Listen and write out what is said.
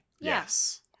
Yes